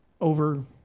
over